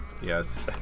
Yes